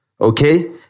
Okay